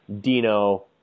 Dino